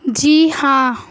جی ہاں